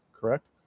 correct